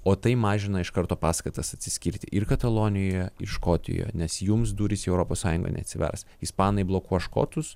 o tai mažina iš karto paskatas atsiskirti ir katalonijoje ir škotijoje nes jums durys į europos sąjungą neatsivers ispanai blokuos škotus